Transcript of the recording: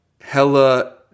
Hella